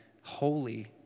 holy